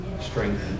strength